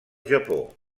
japó